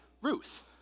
Ruth